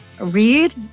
Read